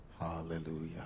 Hallelujah